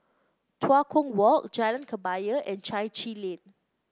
Tua Kong Walk Jalan Kebaya and Chai Chee Lane